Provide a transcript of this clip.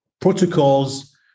protocols